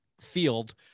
field